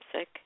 sick